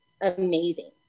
amazing